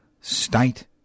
state